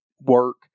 work